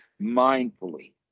mindfully